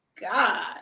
God